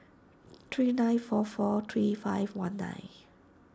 three nine four four three five one nine